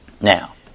Now